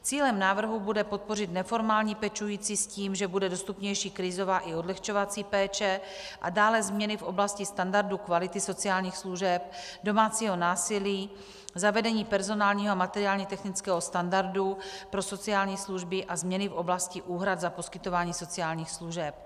Cílem návrhu bude podpořit neformální pečující s tím, že bude dostupnější krizová i odlehčovací péče a dále změny v oblasti standardů kvality sociálních služeb, domácího násilí, zavedení personálního a materiálně technického standardu pro sociální služby a změny v oblasti úhrad za poskytování sociálních služeb.